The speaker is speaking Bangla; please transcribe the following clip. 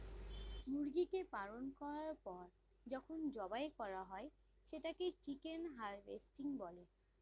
মুরগিকে পালন করার পর যখন জবাই করা হয় সেটাকে চিকেন হারভেস্টিং বলে